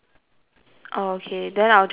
oh okay then I will just circle that